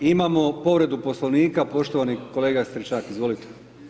Imamo povredu Poslovnika, poštovani kolega Stričak, izvolite.